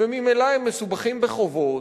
וממילא הם מסובכים בחובות,